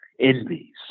envy